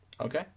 okay